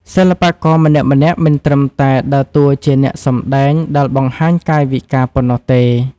សិល្បករម្នាក់ៗមិនត្រឹមតែដើរតួជាអ្នកសម្ដែងដែលបង្ហាញកាយវិការប៉ុណ្ណោះទេ។